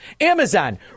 Amazon